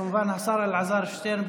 כמובן השר אלעזר שטרן,